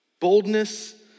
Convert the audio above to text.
Boldness